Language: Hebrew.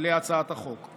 להצעת החוק.